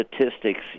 statistics